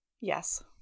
Yes